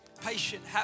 patient